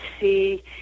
see